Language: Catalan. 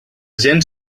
gent